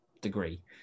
degree